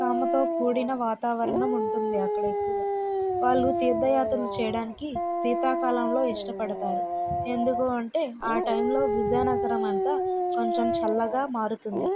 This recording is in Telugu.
తేమతో కూడిన వాతావరణం ఉంటుంది అక్కడ ఎక్కువగా వాళ్ళు తీర్థయాత్రలు చేయడానికి శీతాకాలంలో ఇష్టపడతారు ఎందుకు అంటే ఆ టైము లో విజయనగరం అంతా కొంచెం చల్లగా మారుతుంది